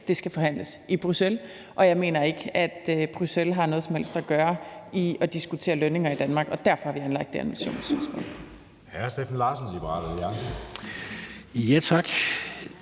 det skal forhandles i Bruxelles, og jeg mener ikke, at Bruxelles har noget som helst at gøre med at diskutere lønninger i Danmark, og derfor har vi anlagt det annullationssøgsmål.